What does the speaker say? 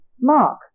mark